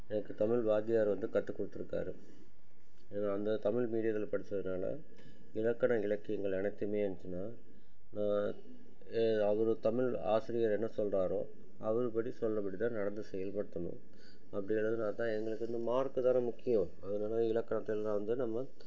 எனக்கு தமிழ் வாத்தியார் வந்து கற்றுக் கொடுத்துருக்காரு நான் வந்து தமிழ் மீடியத்தில் படித்ததுனால இலக்கண இலக்கியங்கள் அனைத்துமே இருந்துச்சினா நான் அவர் தமிழ் ஆசிரியர் என்ன சொல்கிறாரோ அவர்படி சொல்கிறபடி தான் நடந்து செயல்படுத்தணும் அப்படி எழுதினா தான் எங்களுக்கு வந்து மார்க்கு தானே முக்கியம் அதனாலே இலக்கணத்தைல்லாம் வந்து நம்ம